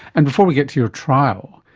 and before we get to your trial,